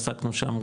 עסקנו שם,